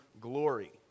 glory